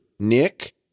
Nick